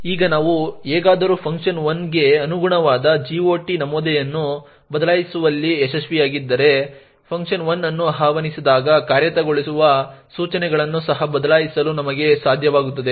ಈಗ ನಾವು ಹೇಗಾದರೂ fun1 ಗೆ ಅನುಗುಣವಾದ GOT ನಮೂದನ್ನು ಬದಲಾಯಿಸುವಲ್ಲಿ ಯಶಸ್ವಿಯಾದರೆ fun1 ಅನ್ನು ಆಹ್ವಾನಿಸಿದಾಗ ಕಾರ್ಯಗತಗೊಳ್ಳುವ ಸೂಚನೆಗಳನ್ನು ಸಹ ಬದಲಾಯಿಸಲು ನಮಗೆ ಸಾಧ್ಯವಾಗುತ್ತದೆ